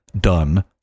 done